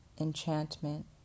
Enchantment